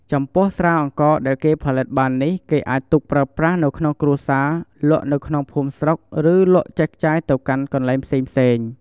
ចំពោះស្រាអង្ករដែលគេផលិតបាននេះគេអាចទុកប្រើប្រាស់នៅក្នុងគ្រួសារ លក់នៅក្នុងភូមិស្រុក ឬលក់ចែកចាយទៅកាន់កន្លែងផ្សេងៗ។